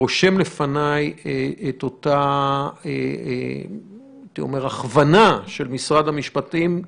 אני רושם לפני את אותה הכוונה של משרד המשפטים.